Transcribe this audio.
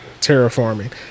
terraforming